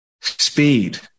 Speed